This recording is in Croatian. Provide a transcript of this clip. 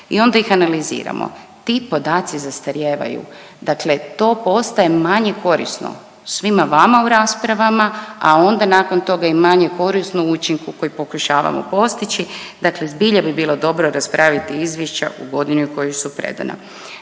i onda ih analiziramo. Ti podaci zastarijevaju, dakle to postaje manje korisno svima vama u raspravama, a onda nakon toga i manje korisno učinku koji pokušavamo postići, dakle zbilja bi bilo dobro raspraviti izvješća u godini u kojoj su predana.